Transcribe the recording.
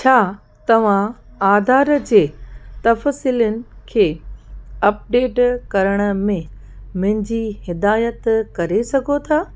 छा तव्हां आधार जे तफ़्सीलनि खे अपडेट करण में मुंहिंजी हिदाइतु करे सघो था